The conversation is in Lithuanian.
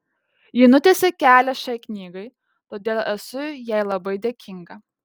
ji nutiesė kelią šiai knygai todėl esu jai labai dėkinga